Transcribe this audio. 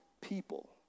people